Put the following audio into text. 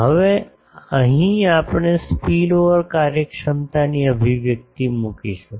હવે અહીં આપણે સ્પીલઓવર કાર્યક્ષમતાની અભિવ્યક્તિ મૂકીશું